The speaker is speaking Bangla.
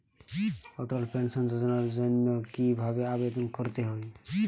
অটল পেনশন যোজনার জন্য কি ভাবে আবেদন করতে হয়?